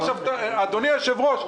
אדוני היושב-ראש,